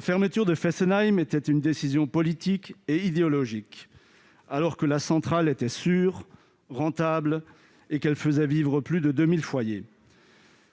fermeture relève d'une décision politique et idéologique, alors que la centrale était sûre, rentable et qu'elle faisait vivre plus de 2 000 foyers.